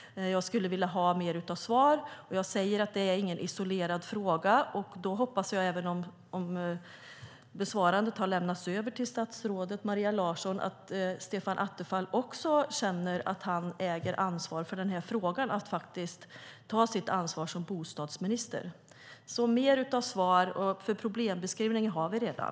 Jag skulle vilja ha lite mer av svar. Jag säger att det inte är någon isolerad fråga och hoppas, även om besvarandet har lämnats över till statsrådet Maria Larsson, att även Stefan Attefall känner att han äger ansvar i den här frågan och tar sitt ansvar som bostadsminister. Alltså mer av svar, för problembeskrivningen har vi redan.